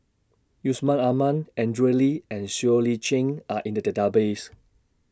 Yusman Aman Andrew Lee and Siow Lee Chin Are in The Database